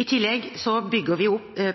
I tillegg bygger vi